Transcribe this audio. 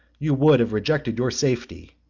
you would have rejected your safety,